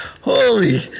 holy